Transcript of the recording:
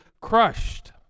crushed